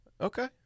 Okay